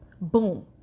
Boom